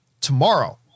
tomorrow